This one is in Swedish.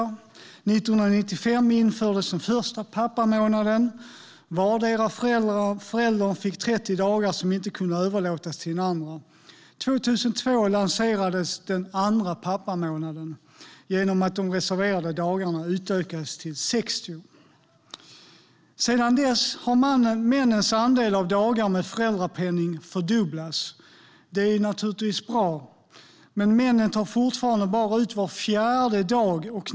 År 1995 infördes den första pappamånaden då vardera föräldern fick 30 dagar som inte kunde överlåtas till den andra. År 2002 lanserades den andra pappamånaden genom att de reserverade dagarna utökades till 60. Sedan dess har männens andel av dagar med föräldrapenning fördubblats. Det är naturligtvis bra, men männen tar fortfarande bara ut var fjärde dag.